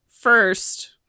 first